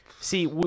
See